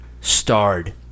starred